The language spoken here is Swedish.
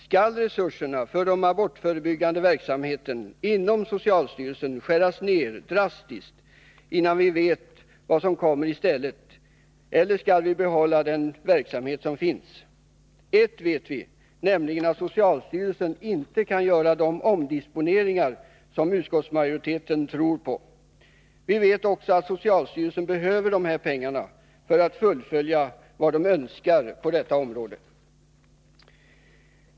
Skall resurserna för den abortförebyggande verksamheten inom socialstyrelsen skäras ner drastiskt innan vi vet vad som kommer i stället, eller skall vi behålla den verksamhet som finns? Ett vet vi, nämligen att socialstyrelsen inte kan göra de omdisponeringar som utskottsmajoriteten tror på. Vi vet också att socialstyrelsen behöver de här pengarna för att fullfölja vad den önskar åstadkomma på detta område.